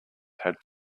had